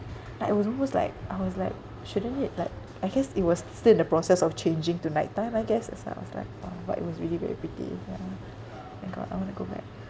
like it was almost like I was like shouldn't it like I guess it was still in the process of changing to night time I guess that's why I was like oh but it was really very pretty ya oh my god I want to go back